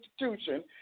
institution